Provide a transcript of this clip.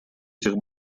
этих